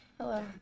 Hello